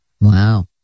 Wow